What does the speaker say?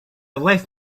left